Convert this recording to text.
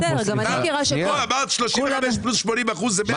אמרת 35 פלוס 80 אחוזים.